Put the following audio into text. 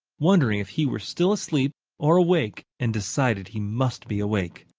wondering if he were still asleep or awake and decided he must be awake.